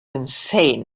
insane